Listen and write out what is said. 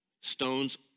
stones